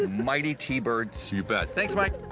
and mighty t-birds. you bet. thanks mike.